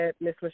Miss